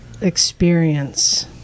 experience